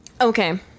Okay